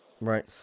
Right